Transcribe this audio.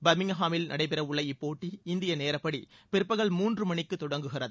பர்மிங்ஹாமில் நடைபெற உள்ள இப்போட்டி இந்திய நேரப்படி பிற்பகல் மூன்று மணிக்குத் தொடங்குகிறது